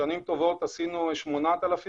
בשנים טובות עשינו 8,000,